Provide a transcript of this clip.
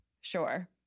sure